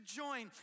join